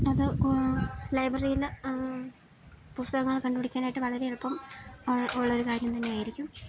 അത് ലൈബ്രറിയില് പുസ്തകങ്ങള് കണ്ടുപിടിക്കാനായിട്ട് വളരെ എളുപ്പം ഉള്ളൊരു കാര്യം തന്നെയായിരിക്കും